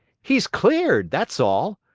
he's cleared, that's all.